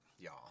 y'all